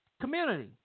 community